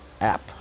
app